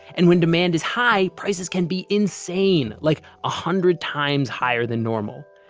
and when demand is high, prices can be insane. like a hundred times higher than normal.